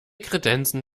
kredenzen